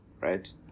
right